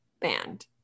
band